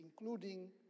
including